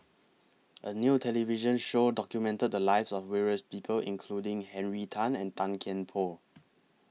A New television Show documented The Lives of various People including Henry Tan and Tan Kian Por